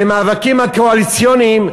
במאבקים הקואליציוניים,